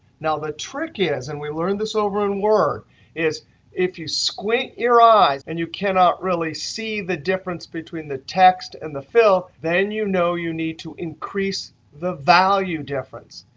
now, the trick is and we learned this over in word is if you squint your eyes and you cannot really see the difference between the text and the fill, then you know you need to increase the value difference.